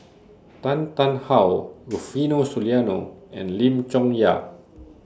Tan Tarn How Rufino Soliano and Lim Chong Yah